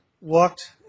walked